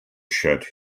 shed